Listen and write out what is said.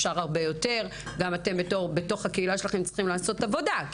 אפשר הרבה יותר כי גם בתוך ההילה צריך לעשות עבודה,